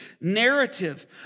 narrative